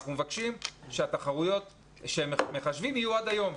אנחנו מבקשים שמחשבים יהיו עד היום,